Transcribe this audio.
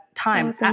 time